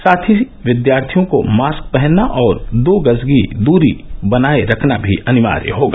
साथ ही विद्यार्थियों को मास्क पहनना और दो गज की सुरक्षित दूरी बनाए रखना भी अनिवार्य होगा